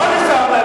לא אני שם לב,